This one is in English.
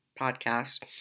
podcast